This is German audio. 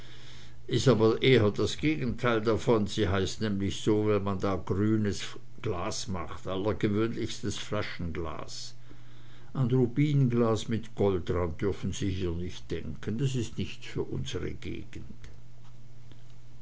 ist aber eher das gegenteil davon sie heißt nämlich so weil man da grünes glas macht allergewöhnlichstes flaschenglas an rubinglas mit goldrand dürfen sie hier nicht denken das ist nichts für unsre gegend